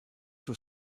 were